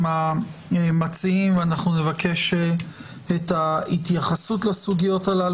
המציעים ואנחנו נבקש את ההתייחסות לסוגיות האלה.